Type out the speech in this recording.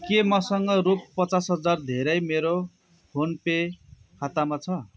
के मसँग रु पचास हजार धेरै मेरो फोन पे खातामा छ